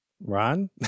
Ron